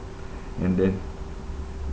and then